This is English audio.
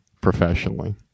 professionally